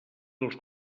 dels